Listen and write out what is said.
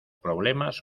problemas